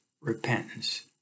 repentance